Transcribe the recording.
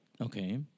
Okay